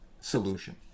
solution